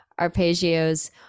arpeggios